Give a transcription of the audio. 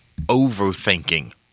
overthinking